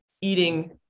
eating